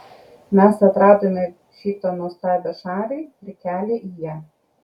mes atradome šitą nuostabią šalį ir kelią į ją